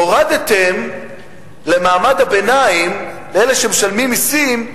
הורדתם למעמד הביניים, לאלה שמשלמים מסים,